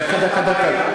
דקה, דקה.